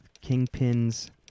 Kingpin's